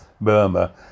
Burma